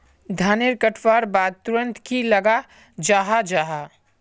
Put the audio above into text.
धानेर कटवार बाद तुरंत की लगा जाहा जाहा?